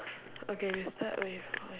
okay we start with